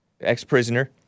ex-prisoner